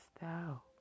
thou